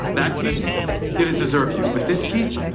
that keith didn't deserve you. but this keith?